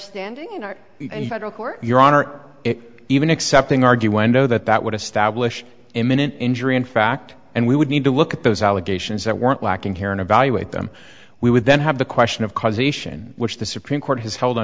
standing in our federal court your honor even accepting argue when know that that would have stablish imminent injury in fact and we would need to look at those allegations that weren't lacking here and evaluate them we would then have the question of causation which the supreme court has held